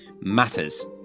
matters